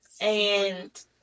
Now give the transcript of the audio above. And-